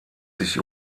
sich